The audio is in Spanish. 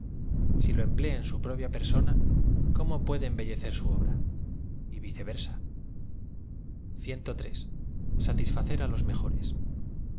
si lo emplea en su propia persona cómo puedo embellecer su obra y viceversa satisfacer á los mejores